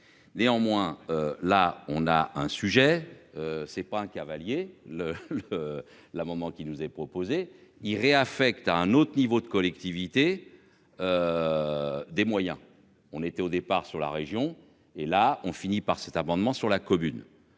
Néanmoins là on a un sujet. C'est pas un cavalier le le. L'amendement qui nous est proposé il réaffecte à un autre niveau de collectivité. Des moyens, on était au départ sur la région et là, on finit par cet amendement sur la commune.